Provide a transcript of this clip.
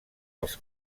els